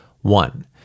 One